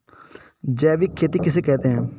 जैविक खेती किसे कहते हैं?